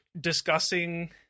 discussing